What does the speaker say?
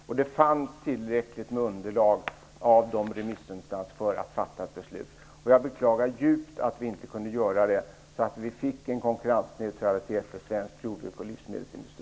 Och det fanns tillräckligt med underlag från remissinstanserna för att man skulle kunna fatta ett beslut. Jag beklagar djupt att vi inte kunde fatta ett beslut, så att vi hade fått en konkurrensneutralitet för svenskt jordbruk och svensk livsmedelsindustri.